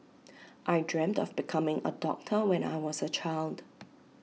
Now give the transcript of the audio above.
I dreamt of becoming A doctor when I was A child